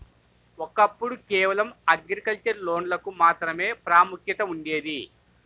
ఒకప్పుడు కేవలం అగ్రికల్చర్ లోన్లకు మాత్రమే ప్రాముఖ్యత ఉండేది